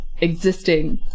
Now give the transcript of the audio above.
existing